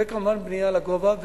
וכמובן בנייה לגובה.